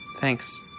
Thanks